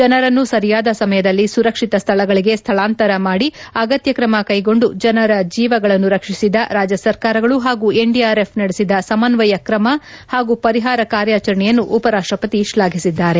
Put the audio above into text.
ಜನರನ್ನು ಸರಿಯಾದ ಸಮಯದಲ್ಲಿ ಸುರಕ್ಷಿತ ಸ್ಥಳಗಳಗೆ ಸ್ಥಳಾಂತರ ಮಾಡಿ ಅಗತ್ಯ ಕ್ರಮ ಕೈಗೊಂಡು ಜನರ ಜೀವಗಳನ್ನು ರಕ್ಷಿಸಿದ ರಾಜ್ಯ ಸರ್ಕಾರಗಳು ಹಾಗೂ ಎನ್ಡಿಆರ್ಎಫ್ ನಡೆಸಿದ ಸಮನ್ವಯ ಕ್ರಮ ಹಾಗೂ ಪರಿಹಾರ ಕಾರ್ಯಾಚರಣೆಯನ್ನು ಉಪರಾಷ್ಟಪತಿ ಶ್ಲಾಘಿಸಿದ್ದಾರೆ